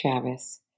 Travis